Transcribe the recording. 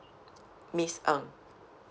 miss ng